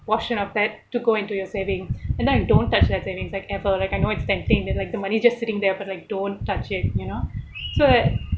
portion of that to go into your saving and then I don't touch that savings like ever like I know it's tempting then like the money just sitting there but like don't touch it you know so that